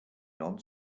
non